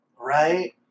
Right